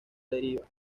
deriva